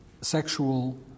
sexual